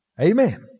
Amen